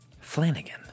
Flanagan